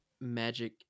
magic